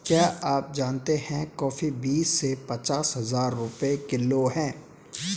क्या आप जानते है कॉफ़ी बीस से पच्चीस हज़ार रुपए किलो है?